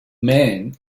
men